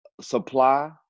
supply